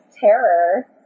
terror